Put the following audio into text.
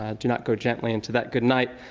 ah do not go gently into that good night.